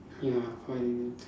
ya quite